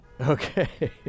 Okay